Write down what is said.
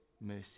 mercy